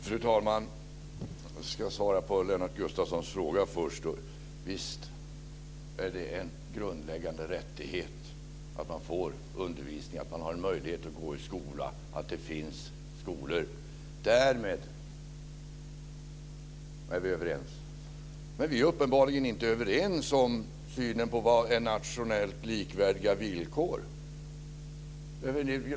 Fru talman! Jag ska först svara på Lennart Gustavssons fråga. Visst är det en grundläggande rättighet att få undervisning, att ha möjlighet att gå i skola, att det finns skolor. Därmed är vi överens. Men vi är uppenbarligen inte överens i synen om nationellt likvärdiga villkor.